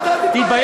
אתה תתבייש.